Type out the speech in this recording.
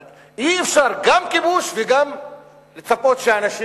אבל אי-אפשר גם להחזיק כיבוש וגם לצפות שהאנשים